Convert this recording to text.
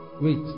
wait